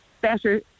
better